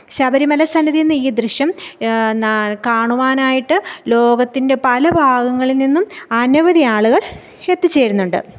ശബരിമല സന്നിധിയിൽ നിന്ന് ഈ ദൃശ്യം ന കാണുവാനായിട്ട് ലോകത്തിൻ്റെ പല ഭാഗങ്ങളിൽ നിന്നും അനവധി ആളുകൾ എത്തിച്ചേരുന്നുണ്ട്